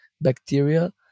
bacteria